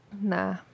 Nah